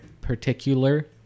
particular